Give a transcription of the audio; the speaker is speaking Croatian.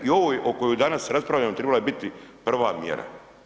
I ovoj o kojoj danas raspravljamo trebala je biti prva mjera.